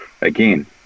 again